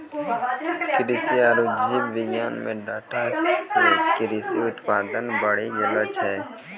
कृषि आरु जीव विज्ञान मे डाटा से कृषि उत्पादन बढ़ी गेलो छै